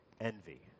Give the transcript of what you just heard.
envy